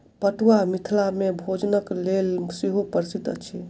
पटुआ मिथिला मे भोजनक लेल सेहो प्रसिद्ध अछि